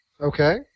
okay